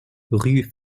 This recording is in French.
rue